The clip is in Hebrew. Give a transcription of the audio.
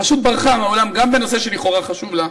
פשוט ברחה מהאולם גם בנושא שלכאורה חשוב לה,